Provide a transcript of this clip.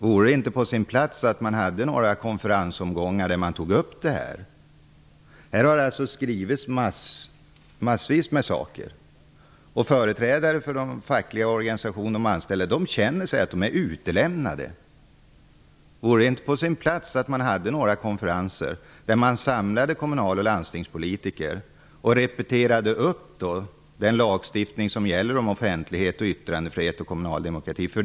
Vore det inte på sin plats att man hade några konferensomgångar där man tog upp denna fråga? Det har skrivits väldigt mycket. Företrädare för de fackliga organisationerna känner sig utelämnade. Vore det inte på sin plats att arrangera några konferenser där kommunal och landstingspolitiker samlas? Då kan innehållet i lagstiftningen om offentlighet, yttrandefrihet och kommunal demokrati repeteras.